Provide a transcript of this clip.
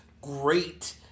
great